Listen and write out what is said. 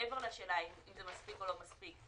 מעבר לשאלה אם זה מספיק או לא מספיק.